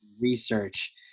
research